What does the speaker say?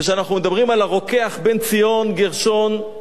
כשאנחנו מדברים על הרוקח בן-ציון גרשון,